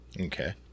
Okay